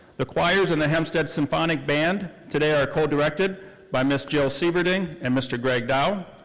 the choirs and the hempstead symphonicband, today are co-directed by miss. jill sieverding and mr. greg dowe.